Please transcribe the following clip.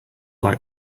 like